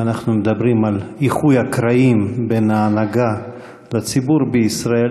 אם אנחנו מדברים על איחוי הקרעים בין ההנהגה לציבור בישראל,